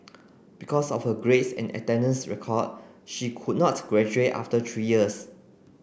because of her grades and attendance record she could not graduate after three years